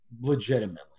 legitimately